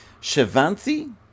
Shivanti